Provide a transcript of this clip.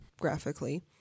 graphically